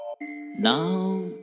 Now